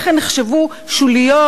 איך הן נחשבו שוליות,